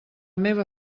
meva